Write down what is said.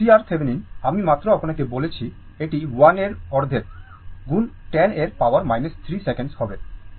CRThevenin আমি মাত্র আপনাকে বলেছি এটি 1 এর অর্ধেক গুণ 10 এর পাওয়ার 3 সেকেন্ড হবে